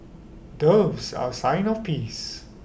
doves are A sign of peace